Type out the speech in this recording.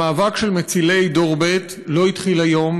המאבק של מצילי דור ב' לא התחיל היום